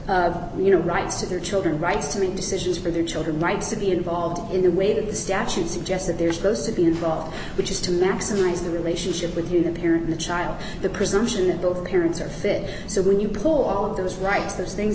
of you know rights to their children rights to the decisions for their children rights to be involved in the way that the statute suggests that they're supposed to be involved which is to maximize the relationship with you the parent child the presumption that the parents are fit so when you pull all of those rights those things